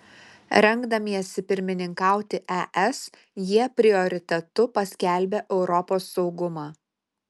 rengdamiesi pirmininkauti es jie prioritetu paskelbė europos saugumą